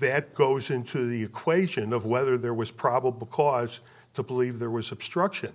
they had goes into the equation of whether there was probable cause to believe there was obstruction